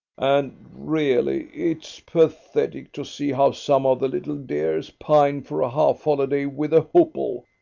and really it's pathetic to see how some of the little dears pine for a half-holiday with a hoople,